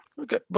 Okay